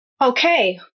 Okay